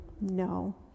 No